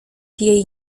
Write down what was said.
jej